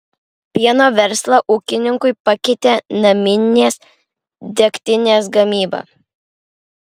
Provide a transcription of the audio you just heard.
pieno verslą ūkininkui pakeitė naminės degtinės gamyba